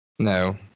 No